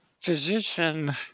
physician